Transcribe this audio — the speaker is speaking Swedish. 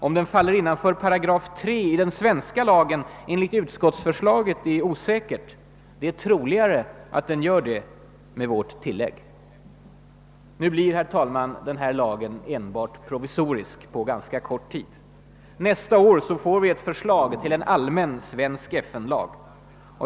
Om den faller innanför 3 §i den svenska lagen enligt utskottets förslag är osäkert; det är troligare att den gör det med vårt tillägg. Nu blir den här lagen enbart provisorisk och gäller ganska kort tid. Nästa år får vi ett förslag till en allmän svensk FN-lag.